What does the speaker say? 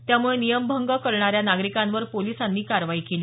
त्यामुळे नियमभंग करणाऱ्या नागरिकांवर पोलिसांनी कारवाई केली